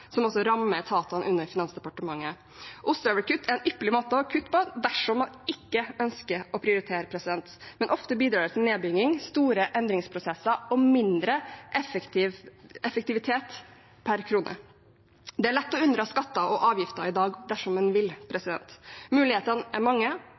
som også rammer etatene under Finansdepartementet. Ostehøvelkutt er en ypperlig måte å kutte på dersom man ikke ønsker å prioritere, men ofte bidrar det til nedbygging, store endringsprosesser og mindre effektivitet per krone. Det er lett å unndra skatter og avgifter i dag dersom man vil.